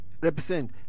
Represent